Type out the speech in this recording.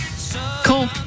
Cool